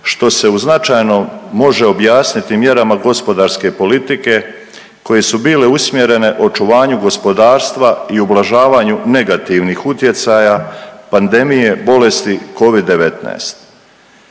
što se značajno može objasniti mjerama gospodarske politike koje su bile usmjerene očuvanju gospodarstva i ublažavanju negativnih utjecaja pandemije bolesti covid-19.